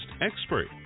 expert